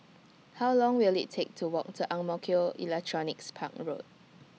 How Long Will IT Take to Walk to Ang Mo Kio Electronics Park Road